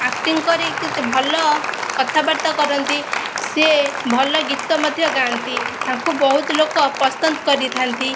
acting କରି କେତେ ଭଲ କଥାବାର୍ତ୍ତା କରନ୍ତି ସିଏ ଭଲ ଗୀତ ମଧ୍ୟ ଗାଆନ୍ତି ତାଙ୍କୁ ବହୁତ ଲୋକ ପସନ୍ଦ କରିଥାନ୍ତି